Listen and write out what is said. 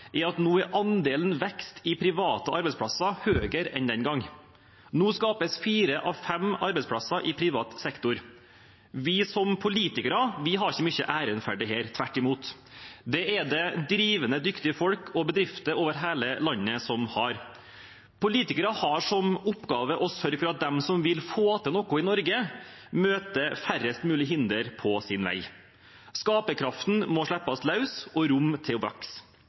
er at nå er andelen vekst i private arbeidsplasser større enn den gang. Nå skapes fire av fem arbeidsplasser i privat sektor. Vi som politikere har ikke mye av æren for dette, tvert imot. Det er det drivende dyktige folk og bedrifter over hele landet som har. Politikere har som oppgave å sørge for at de som vil få til noe i Norge, møter færrest mulige hindre på sin vei. Skaperkraften må slippes løs, og man må ha rom til å vokse